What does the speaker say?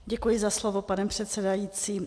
Děkuji za slovo, pane předsedající.